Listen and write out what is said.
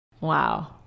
Wow